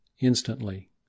instantly